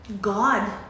God